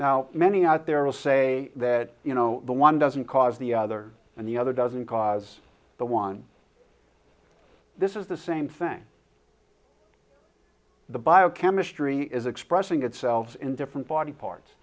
now many out there will say that the one doesn't cause the other and the other doesn't cause the one this is the same thing the biochemistry is expressing itself in different body parts